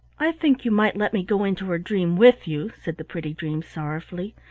i think you might let me go into her dream with you, said the pretty dream, sorrowfully.